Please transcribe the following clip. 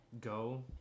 go